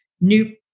new